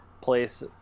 place